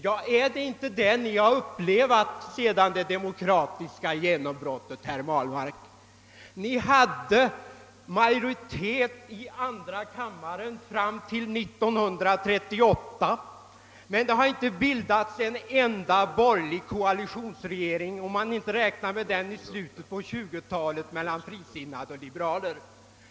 Ja, är det inte just det ni har upplevat efter det demokratiska genombrottet, herr Ahlmark? Fram till år 1938 hade ni majoritet i andra kammaren, men det har inte bildats. en enda borgerlig koalitionsregering — om jag inte räknar med den som tillkom i slutet på 1920 talet mellan frisinnade och liberaler.